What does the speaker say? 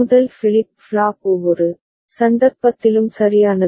முதல் flip flop ஒவ்வொரு சந்தர்ப்பத்திலும் சரியானது